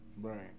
Right